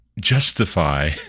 justify